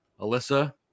Alyssa